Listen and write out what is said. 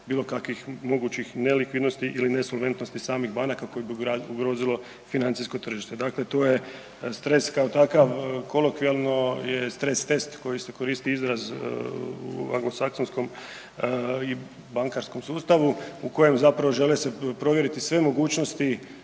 bilo kakvih mogućih nelikvidnosti ili nesolventnosti samih banaka koje bi ugrozilo financijsko tržište. Dakle, to je stres, kao takav kolokvijalno je stres test koji se koristi izraz u anglosaksonskom i bankarskom sustavu u kojem zapravo žele se provjeriti sve mogućnosti